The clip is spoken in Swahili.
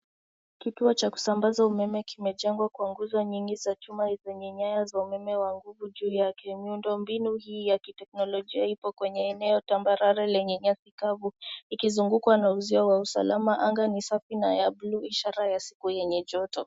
Kituo cha kusambaza umeme kimejengwa kwa nguzo nyingi za chuma zenye nyaya za umeme wa nguvu juu yake. Miundo mbinu hii ya kiteknolojia ipo kwenye eneo tambarare lenye nyasi kavu, ikizungukwa na uzio wa usalama. Anga ni safi na ya bluu, ishara ya siku yenye joto.